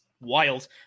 Wild